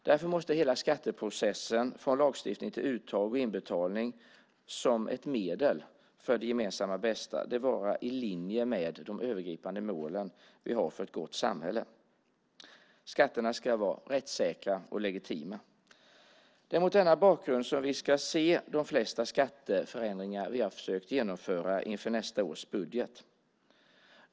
Därför måste hela skatteprocessen från lagstiftning till uttag och inbetalning som ett medel för det gemensamma bästa vara i linje med de övergripande mål vi har för ett gott samhälle. Skatterna ska vara rättssäkra och legitima. Det är mot denna bakgrund som vi ska se de flesta skatteförändringar vi har försökt genomföra inför nästa års budget.